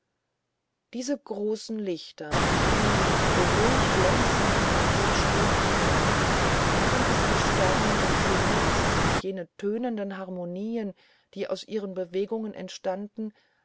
diese großen lichter die so ruhig glänzend um ihn her schwebten waren es die sterne des himmels und jene tönende harmonie die aus ihren bewegungen entstand